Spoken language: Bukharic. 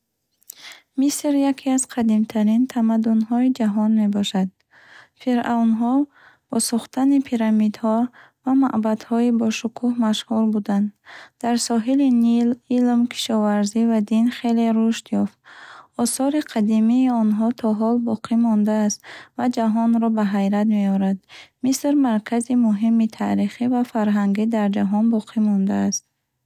Миср яке аз қадимтарин тамаддунҳои ҷаҳон мебошад. Фиръавнҳо бо сохтани пирамидҳо ва маъбадҳои бошукӯҳ машҳур буданд. Дар соҳили Нил илм, кишоварзӣ ва дин хеле рушд ёфт. Осори қадимии онҳо то ҳол боқӣ мондааст ва ҷаҳонро ба ҳайрат меорад. Миср маркази муҳими таърихӣ ва фарҳангӣ дар ҷаҳон боқӣ мондааст.